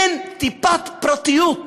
אין טיפת פרטיות.